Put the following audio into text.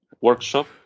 workshop